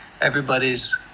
everybody's